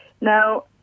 Now